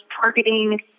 targeting